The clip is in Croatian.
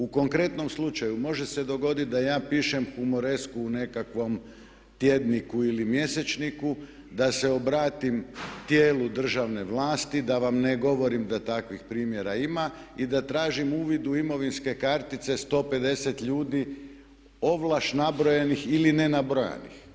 U konkretnom slučaju može se dogoditi da ja pišem humoresku u nekakvom tjedniku ili mjesečniku, da se obratim tijelu državne vlasti, da vam ne govorim da takvih primjera ima i da tražim uvid u imovinske kartice 150 ljudi ovlaš nabrojenih ili ne nabrojanih.